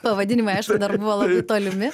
pavadinimai aišku dar buvo labai tolimi